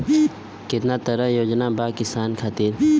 केतना तरह के योजना बा किसान खातिर?